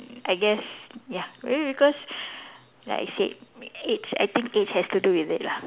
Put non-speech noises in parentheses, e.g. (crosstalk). I guess ya maybe because (breath) like I said age I think age has to do with it lah